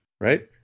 right